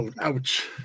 ouch